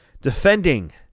defending